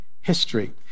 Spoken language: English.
history